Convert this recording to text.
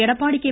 Edappadi K